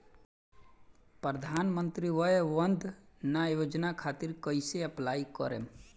प्रधानमंत्री वय वन्द ना योजना खातिर कइसे अप्लाई करेम?